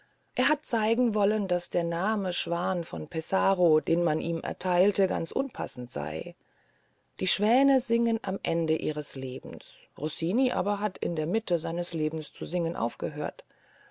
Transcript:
er hat zeigen wollen daß der name schwan von pesaro den man ihm erteilt ganz unpassend sei die schwäne singen am ende ihres lebens rossini aber hat in der mitte des lebens zu singen aufgehört